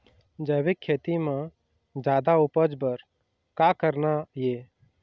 जैविक खेती म जादा उपज बर का करना ये?